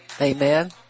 Amen